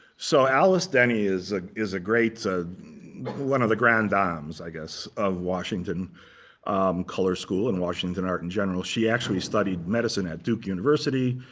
so alice denny is ah is ah one of the grand dames, i guess, of washington color school and washington art, in general. she actually studied medicine at duke university.